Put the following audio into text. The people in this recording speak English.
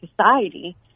society